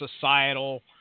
societal